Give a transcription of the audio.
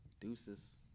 Deuces